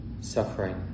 suffering